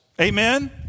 amen